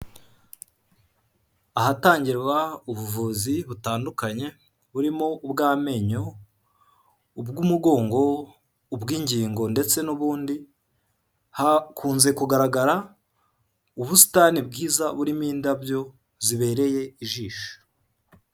Ahatangirwa ubuvuzi butandukanye burimo ubw'amenyo, ubw'umugongo, ubw'ingingo ndetse n'ubundi, hakunze kugaragara ubusitani bwiza burimo indabyo zibereye ijisho.